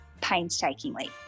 painstakingly